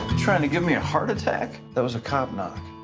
trying to give me a heart attack? that was a cop knock.